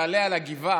תעלה על הגבעה,